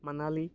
Manali